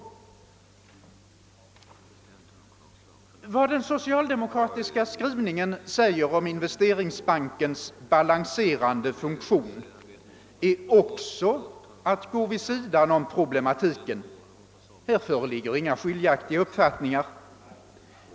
Vad den socialdemokratiska skrivningen säger om Investeringsbankens balanserande funktion innebär också att man går vid sidan om problematiken. Härvidlag föreligger inga skiljaktiga uppfattningar.